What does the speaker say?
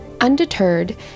Undeterred